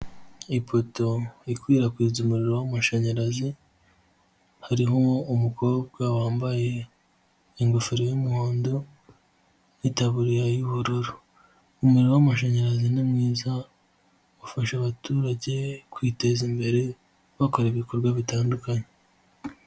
Ipoto ikwirakwiza umuriro w'amashanyarazi hariho umukobwa wambaye ingofero y'umuhondo n'itaburiya y'ubururu, umuriro w'amashanyarazi ni mwiza ufasha abaturage kwiteza imbere bakora ibikorwa bitandukanye.